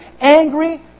angry